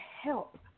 help